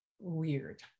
weird